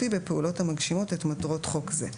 בפעולות המגשימות את מטרות חוק זה.